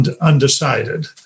undecided